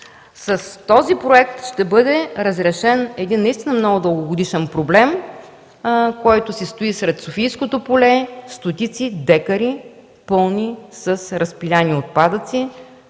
С този проект ще бъде разрешен наистина много дългогодишен проблем, който си стои сред Софийското поле – стотици декари, пълни с разпилени отпадъци.